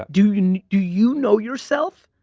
do i mean do you know yourself?